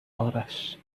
آرش